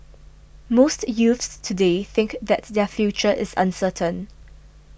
most youths today think that their future is uncertain